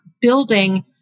building